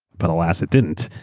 but alas, it didn't.